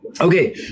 Okay